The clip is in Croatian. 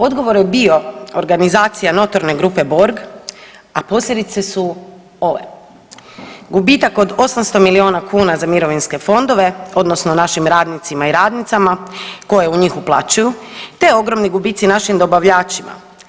Odgovor je bio organizacija notorne grupe Borg, a posljedice su ove: gubitak od 800 milijuna kuna za mirovinske fondove, odnosno našim radnicima i radnicama koje u njih uplaćuju, te ogromni gubici našim dobavljačima.